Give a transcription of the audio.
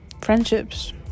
friendships